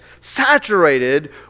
saturated